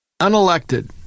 Unelected